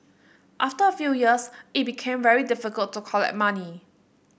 after a few years it became very difficult to collect money